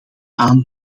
aan